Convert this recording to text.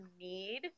need